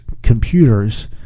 Computers